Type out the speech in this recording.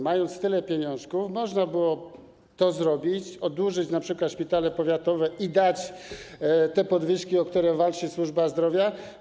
Mając tyle pieniążków, można było to zrobić, można było np. oddłużyć szpitale powiatowe i dać te podwyżki, o które walczy służba zdrowia.